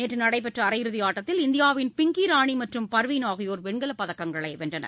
நேற்று நடைபெற்ற அரையிறுதி ஆட்டத்தில் இந்தியாவின் பின்கி ராணி மற்றும் பர்வீண் ஆகியோர் வெண்கலப் பதக்கங்களை வென்றனர்